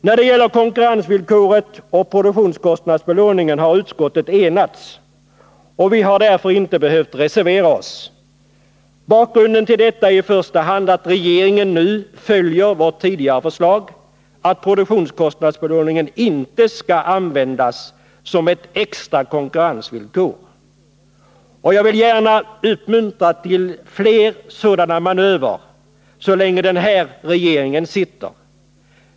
När det gäller konkurrensvillkoret och produktionskostnadsbelåningen har utskottet enats, och vi har därför inte behövt reservera oss. Bakgrunden till detta är i första hand att regeringen nu följer vårt tidigare förslag att produktionskostnadsbelåningen inte skall användas som ett extra konkurrensvillkor. Jag vill gärna uppmuntra till flera sådana manövrer så länge den här regeringen sitter.